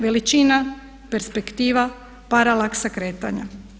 Veličina, perspektiva, paralaks kretanja.